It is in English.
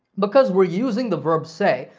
because we're using the verb say,